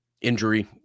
injury